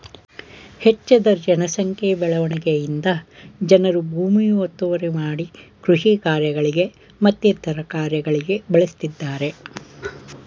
ಹೆಚ್ಜದ ಜನ ಸಂಖ್ಯೆ ಬೆಳವಣಿಗೆಯಿಂದ ಜನರು ಭೂಮಿ ಒತ್ತುವರಿ ಮಾಡಿ ಕೃಷಿ ಕಾರ್ಯಗಳಿಗೆ ಮತ್ತಿತರ ಕಾರ್ಯಗಳಿಗೆ ಬಳಸ್ತಿದ್ದರೆ